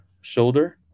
shoulder